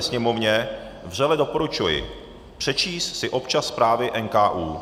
Sněmovně vřele doporučuji přečíst si občas zprávy NKÚ.